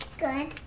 Good